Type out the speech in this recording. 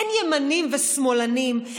אין ימנים ושמאלנים,